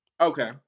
Okay